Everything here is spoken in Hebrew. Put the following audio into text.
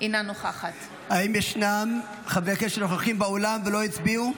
אינה נוכחת האם ישנם חברי כנסת שנוכחים באולם ולא הצביעו?